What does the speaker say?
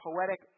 poetic